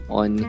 on